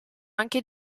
anche